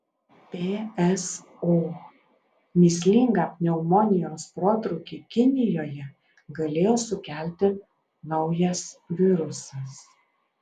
pso mįslingą pneumonijos protrūkį kinijoje galėjo sukelti naujas virusas